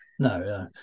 No